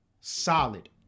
solid